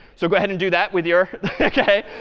so go ahead and do that with your ok,